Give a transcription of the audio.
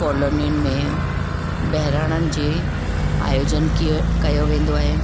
कॉलोनियुनि में बहिराणनि जे आयोजन की कयो वेंदो आहे